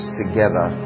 together